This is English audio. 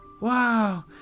Wow